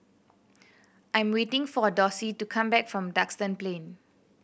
I'm waiting for Dossie to come back from Duxton Plain